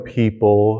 people